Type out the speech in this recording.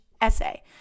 essay